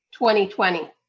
2020